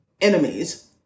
enemies